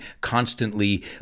constantly